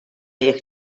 jekk